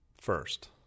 first